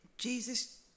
Jesus